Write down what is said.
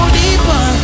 deeper